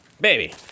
Baby